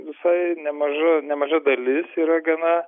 visai nemaža nemaža dalis yra gana